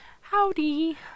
Howdy